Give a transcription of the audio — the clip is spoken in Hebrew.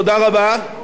תודה רבה.